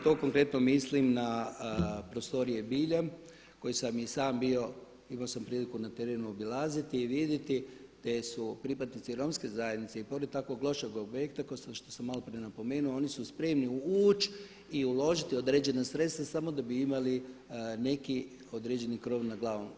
To konkretno mislim na prostorije … koje sam i sam bio, imao sam priliku na terenu obilaziti i vidjeti te su pripadnici Romske zajednice i pored tako lošeg objekta kao što sam maloprije napomenuo, oni su spremni ući i uložiti određena sredstva samo da bi imali neki određeni krov nad glavom.